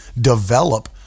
develop